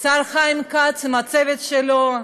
השר חיים כץ עם הצוות שלו,